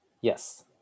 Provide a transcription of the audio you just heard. yes